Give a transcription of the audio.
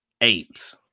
eight